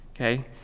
okay